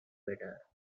better